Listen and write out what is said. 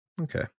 Okay